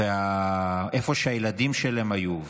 ואיפה הילדים שלהם היו,